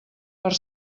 per